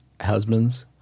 husbands